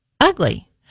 ugly